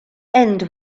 end